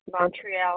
Montreal